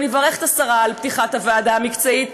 ואני מברכת את השרה על פתיחת הוועדה המקצועית,